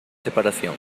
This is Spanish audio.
separación